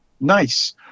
nice